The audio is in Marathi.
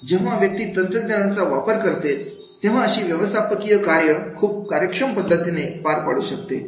जेव्हा व्यक्ती तंत्रज्ञानाचा वापर करते तेव्हा अशी व्यवस्थापकीय कार्य खूप कार्यक्षम पद्धतीने पार पाडू शकते